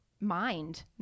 mind